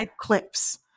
clips